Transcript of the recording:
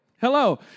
hello